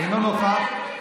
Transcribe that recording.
אינו נוכח.